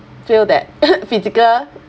feel that physical